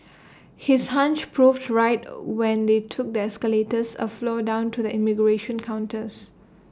his hunch proved right when they took the escalators A floor down to the immigration counters